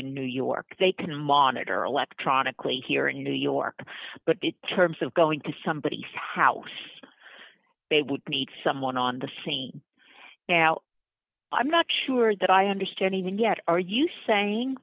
in new york they can monitor electronically here in new york but the terms of going to somebody's house they would need someone on the scene now i'm not sure that i understand even yet are you saying